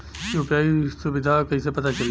UPI सुबिधा कइसे पता चली?